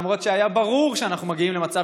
למרות שהיה ברור שאנחנו מגיעים למצב